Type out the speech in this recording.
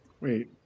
Wait